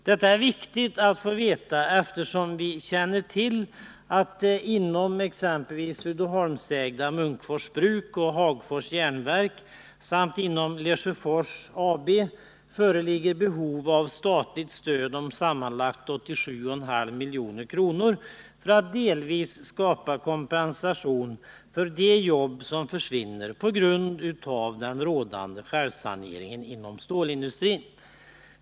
Det är viktigt att veta detta, eftersom vi känner till att det inom Uddeholmsägda Munkfors bruk och Hagfors järn samt inom Lesjöfors AB föreligger behov av statligt stöd på sammanlagt 87,5 milj.kr. för att delvis skapa kompensation för de jobb som försvinner på grund av den pågående självsaneringen inom stålindustrin.